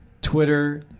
Twitter